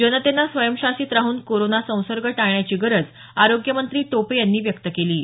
जनतेनं स्वयंशासित राहून कोरोना संसर्ग टाळण्याची गरज आरोग्यमंत्री टोपे यांनी व्यक्त केली आहे